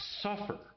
suffer